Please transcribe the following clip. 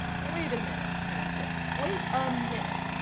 wait a minute, malone said. wait a minute.